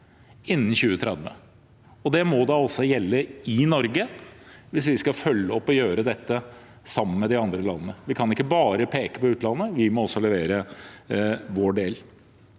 innen 2030. Det må da også gjelde i Norge hvis vi skal følge opp og gjøre dette sammen med de andre landene. Vi kan ikke bare peke på utlandet. Vi må også levere vår del.